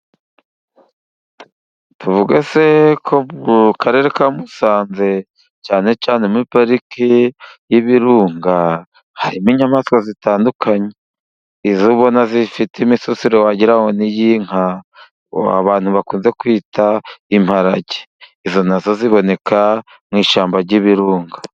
Tuvuge se ko mu karere ka Musanze cyane cyane muri parike y'ibirunga, harimo inyamaswa zitandukanye, izo ubona zifite imisusiro wagira ngo ni iy'inka abantu bakunze kwita Imparage, izo na zo ziboneka mu ishyamba ry'ibirunga.